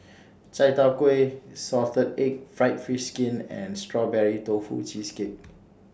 Chai Tow Kway Salted Egg Fried Fish Skin and Strawberry Tofu Cheesecake